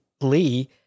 Lee